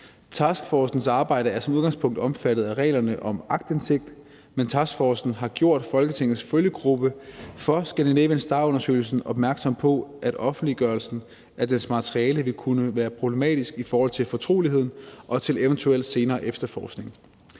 Taskforcens arbejde er som udgangspunkt omfattet af reglerne om aktindsigt, men taskforcen har gjort Folketingets følgegruppe for »Scandinavian Star«-undersøgelsen opmærksom på, at offentliggørelsen af dens materiale vil kunne være problematisk i forhold til fortroligheden og til eventuel senere efterforskning.